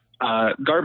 Garbage